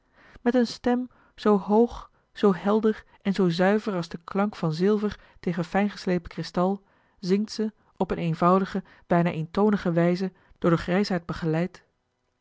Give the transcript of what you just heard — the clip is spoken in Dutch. met eene stem zoo hoog zoo helder en zoo zuiver als de klank van zilver tegen fijngeslepen kristal zingt ze op eene eenvoudige bijna eentonige wijze door den grijsaard begeleid